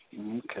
Okay